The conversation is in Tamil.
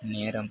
நேரம்